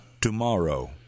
Tomorrow